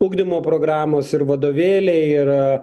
ugdymo programos ir vadovėliai ir